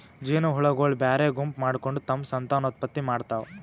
ಜೇನಹುಳಗೊಳ್ ಬ್ಯಾರೆ ಗುಂಪ್ ಮಾಡ್ಕೊಂಡ್ ತಮ್ಮ್ ಸಂತಾನೋತ್ಪತ್ತಿ ಮಾಡ್ತಾವ್